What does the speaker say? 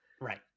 Right